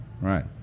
Right